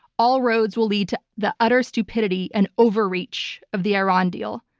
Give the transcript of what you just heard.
all roads will lead to the utter stupidity and overreach of the iran deal.